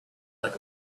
like